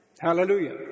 Hallelujah